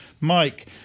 Mike